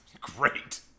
Great